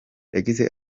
yagize